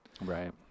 Right